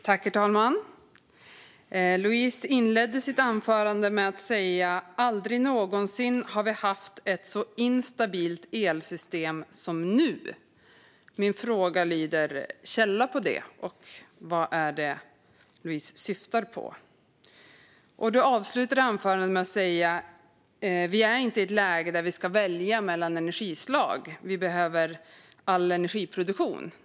Herr talman! Louise inledde sitt anförande med att säga att vi aldrig någonsin har haft ett så instabilt elsystem som nu. Vad har hon för källa, och vad är det hon syftar på? Hon avslutade anförandet med att säga någonting i stil med att vi inte är i ett läge där vi kan välja mellan energislag utan behöver all energiproduktion.